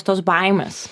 tos baimės